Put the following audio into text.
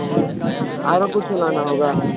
वह R O कुछ लाना होगा